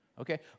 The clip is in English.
Okay